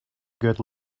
good